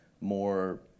more